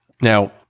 Now